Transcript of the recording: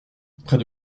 près